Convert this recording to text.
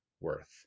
worth